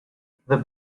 the